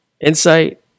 Insight